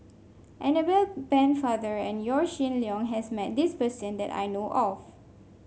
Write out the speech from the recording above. Annabel Pennefather and Yaw Shin Leong has met this person that I know of